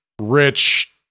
rich